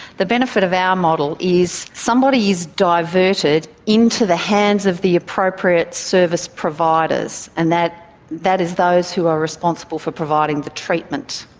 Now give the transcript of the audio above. the benefit of our model is somebody is diverted into the hands of the appropriate service providers, and that that is those who are responsible for providing the treatment.